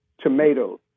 Tomatoes